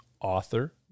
author